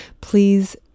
please